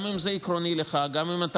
גם אם זה עקרוני לך,